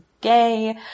gay